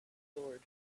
lord